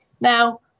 Now